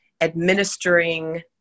administering